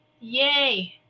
yay